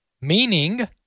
Meaning—